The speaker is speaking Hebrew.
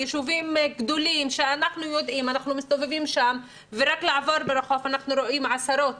שהם יישובים גדולים ורק מלעבור ברחוב אנחנו רואים עשרות